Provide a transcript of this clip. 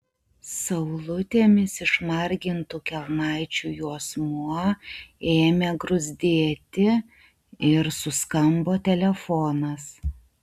saulutėmis išmargintų kelnaičių juosmuo ėmė gruzdėti ir suskambo telefonas